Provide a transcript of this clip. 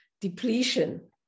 depletion